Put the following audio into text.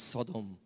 Sodom